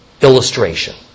illustration